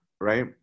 right